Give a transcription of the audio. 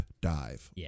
dive